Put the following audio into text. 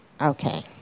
Okay